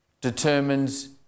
determines